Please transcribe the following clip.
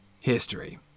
history